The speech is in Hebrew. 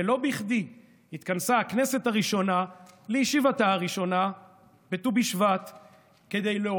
ולא בכדי התכנסה הכנסת הראשונה לישיבתה הראשונה בט"ו בשבט,